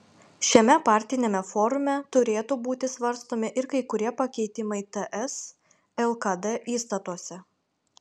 šiame partiniame forume turėtų būti svarstomi ir kai kurie pakeitimai ts lkd įstatuose